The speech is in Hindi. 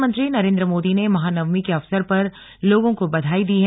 प्रधानमंत्री नरेन्द्र मोदी ने महानवमी के अवसर पर लोगों को बधाई दी है